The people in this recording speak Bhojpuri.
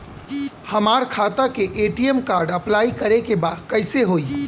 हमार खाता के ए.टी.एम कार्ड अप्लाई करे के बा कैसे होई?